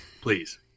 Please